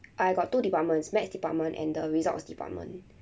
I got two departments maths department and the results department